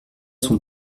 sont